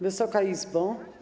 Wysoka Izbo!